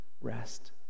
rest